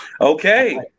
Okay